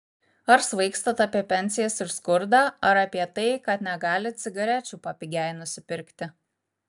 ar svaigstat apie pensijas ir skurdą ar apie tai kad negalit cigarečių papigiai nusipirkti